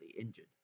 injured